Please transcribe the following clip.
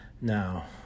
Now